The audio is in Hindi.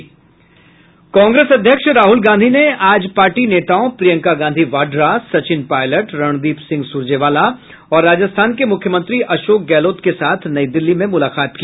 कांग्रेस अध्यक्ष राहुल गांधी ने आज पार्टी नेताओं प्रियंका गांधी वाड्रा सचिन पायलट रणदीप सिंह सुरजेवाला और राजस्थान के मुख्यमंत्री अशोक गहलोत के साथ नई दिल्ली में मुलाकात की